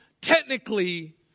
technically